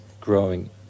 growing